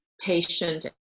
patient